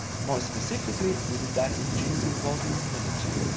more specifically we do that in genes involving immunity.